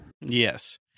Yes